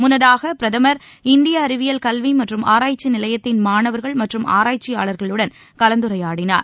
முன்னதாக பிரதமர் இந்திய அறிவியல் கல்வி மற்றும் ஆராய்ச்சி நிலையத்தின் மாணவர்கள் மற்றும் ஆராய்ச்சியாளர்களுடன் கலந்துரையாடினார்